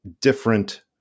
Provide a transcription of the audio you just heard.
different